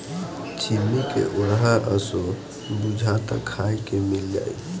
छिम्मी के होरहा असो बुझाता खाए के मिल जाई